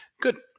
Good